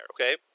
okay